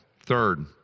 Third